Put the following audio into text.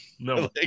No